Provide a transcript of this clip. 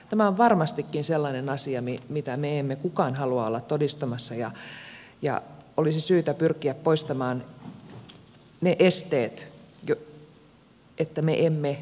tämä on varmastikin sellainen asia mitä meistä kukaan ei halua olla todistamassa ja olisi syytä pyrkiä poistamaan ne esteet että me emme näe näitä tapauksia